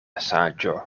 saĝo